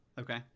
Okay